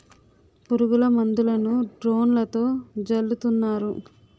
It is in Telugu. పురుగుల మందులను డ్రోన్లతో జల్లుతున్నారు